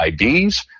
ids